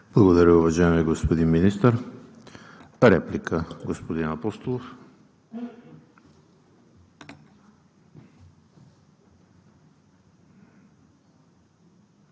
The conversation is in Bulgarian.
Благодаря Ви, уважаеми господин Министър. Реплика – господин Апостолов.